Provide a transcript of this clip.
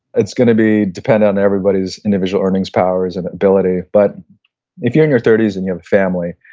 it's going to be dependent on everybody's individual earnings powers and ability. but if you're in your thirty s and you have a family,